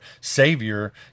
Savior